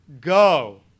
go